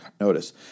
Notice